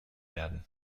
werden